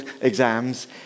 exams